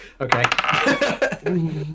Okay